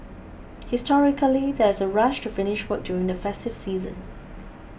historically there's a rush to finish work during the festive season